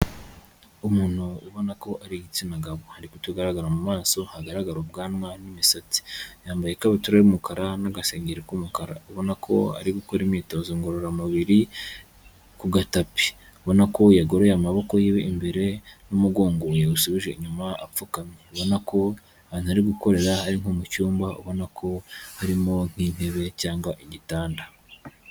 Umuntu ubona ko ari igitsina gabo ariko utagaragara mu maso hagaragara ubwanwa n'imisatsi, yambaye ikabutura y'umukara n'agasengeri k'umukara ubona ko ari gukora imyitozo ngororamubiri ku gatapi, ubona ko yagoroye amaboko yiwe imbere n'umugongo yawusubije inyuma apfukamye, ubona ko ahantu arimo gukorera ari nko mu cyumba ubona ko harimo nk'intebe cyangwa igitanda.